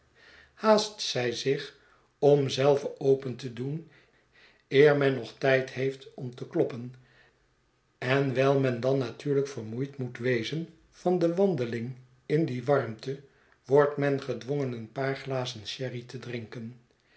haast zij zich om zelve open te doen eer men nog tijd heeft om te kloppen en wijl men dan natuurlijk vermoeid moet wezen van de wandeling indiewarmte wordt men gedwongen een paar glazen sherry te drinken